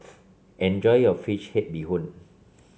enjoy your fish head Bee Hoon